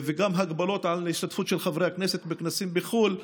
וגם הגבלות על השתתפות של חברי הכנסת בכנסים בחו"ל.